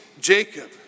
Jacob